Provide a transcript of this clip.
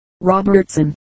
Robertson